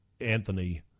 Anthony